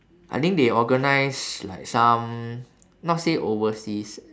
I think they organise like some not say overseas